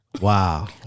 Wow